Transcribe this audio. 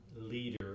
leader